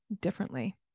differently